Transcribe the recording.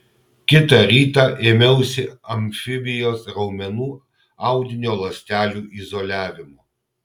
kitą rytą ėmiausi amfibijos raumenų audinio ląstelių izoliavimo